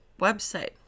website